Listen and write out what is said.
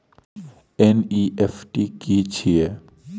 NEFT की छीयै?